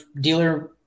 dealer